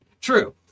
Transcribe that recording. True